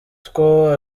two